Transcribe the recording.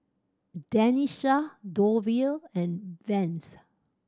Tenisha Dovie and Vance